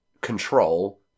control